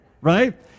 right